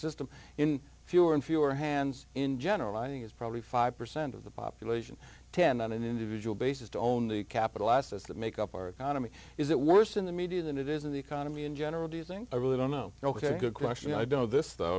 system in fewer and fewer hands in general i think it's probably five percent of the population ten on an individual basis to own the capital assets that make up our economy is it worse in the media than it is in the economy in general do you think i really don't know ok good question i don't know this though